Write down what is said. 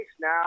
now